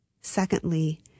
Secondly